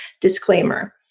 disclaimer